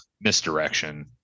misdirection